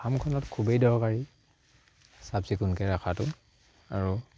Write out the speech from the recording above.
ফাৰ্মখনত খুবেই দৰকাৰী চাফ চিকুণকে ৰাখাটো আৰু